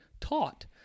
taught